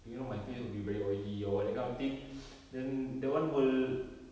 you know my face will be very oily or what that kind of thing then that one will